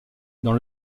dans